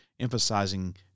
emphasizing